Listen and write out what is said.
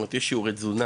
יש שיעורי תזונה?